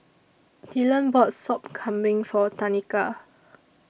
Dylan bought Sop Kambing For Tanika